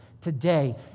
today